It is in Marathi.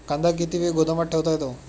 कांदा किती वेळ गोदामात ठेवता येतो?